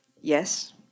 Yes